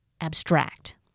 abstract